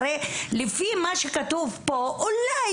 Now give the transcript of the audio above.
לפי מה שכתוב כאן אולי,